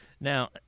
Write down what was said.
Now